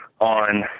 on